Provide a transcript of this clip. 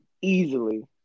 Easily